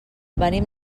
venim